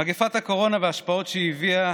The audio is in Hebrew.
מגפת הקורונה וההשפעות שהיא הביאה